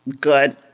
good